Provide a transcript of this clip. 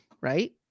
right